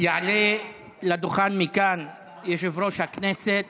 יעלה לדוכן, מכאן, יושב-ראש הכנסת